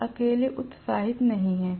यह अकेले उत्साहित नहीं है